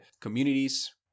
communities